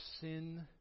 sin